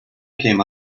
came